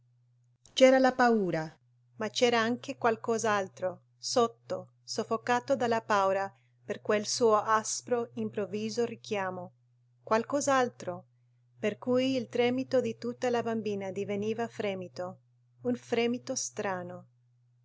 c'era la paura ma c'era anche qualcos'altro sotto soffocato dalla paura per quel suo aspro improvviso richiamo qualcos'altro per cui il tremito di tutta la bambina diveniva fremito un fremito strano